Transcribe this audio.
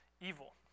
evil